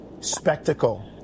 spectacle